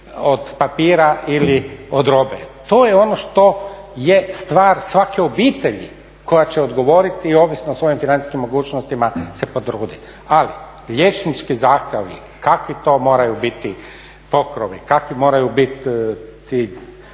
od papira ili od robe. To je ono što je stvar svake obitelji koja će odgovoriti, ovisno o svojim financijskim mogućnostima se potrudit. Ali liječnički …, kakvi to moraju biti pokrovi, kakvi moraju biti